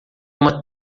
uma